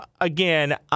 again